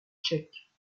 tchèque